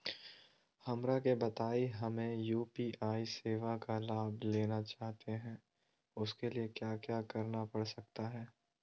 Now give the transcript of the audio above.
हमरा के बताइए हमें यू.पी.आई सेवा का लाभ लेना चाहते हैं उसके लिए क्या क्या करना पड़ सकता है?